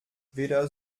weder